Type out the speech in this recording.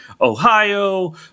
Ohio